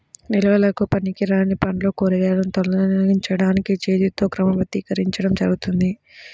నిల్వకు పనికిరాని పండ్లు, కూరగాయలను తొలగించడానికి చేతితో క్రమబద్ధీకరించడం జరుగుతుంది